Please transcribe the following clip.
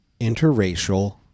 interracial